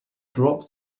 drop